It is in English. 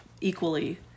equally